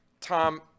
Tom